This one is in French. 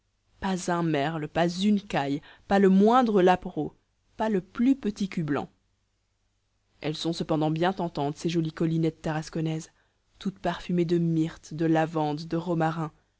pas un merle pas une caille pas le moindre lapereau pas le plus petit cul blanc elles sont cependant bien tentantes ces jolies collinettes tarasconnaises toutes parfumées de myrte de lavande de romarin